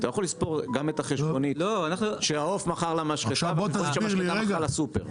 אתה לא יכול לספור גם את החשבונית שהעוף מכר למשחטה והמשחטה מכרה לסופר.